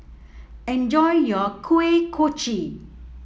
enjoy your Kuih Kochi